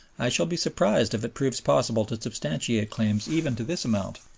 i shall be surprised if it proves possible to substantiate claims even to this amount.